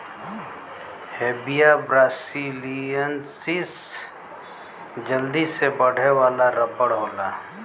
Hevea ब्रासिलिएन्सिस जल्दी से बढ़े वाला रबर होला